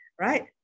right